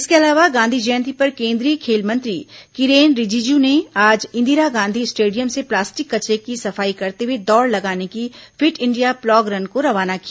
इसके अलावा गांधी जयंती पर केन्द्रीय खेल मंत्री किरेन रिजिजू ने आज इंदिरा गांधी स्टेडियम से प्लास्टिक कचरे की सफाई करते हुए दौड़ लगाने की फिट इंडिया प्लॉग रन को रवाना किया